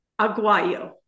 Aguayo